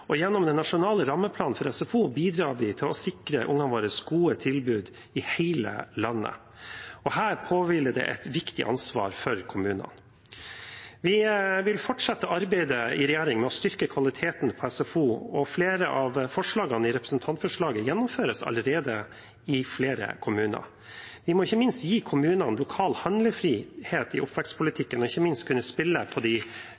Gjennom den nasjonale rammeplanen for SFO bidrar vi til å sikre ungene våre gode tilbud i hele landet. Her påhviler det kommunene et viktig ansvar. Vi vil fortsette arbeidet i regjering med å styrke kvaliteten på SFO, og flere av forslagene i representantforslaget gjennomføres allerede i flere kommuner. Vi må ikke minst gi kommunene lokal handlefrihet i oppvekstpolitikken, man må kunne spille på de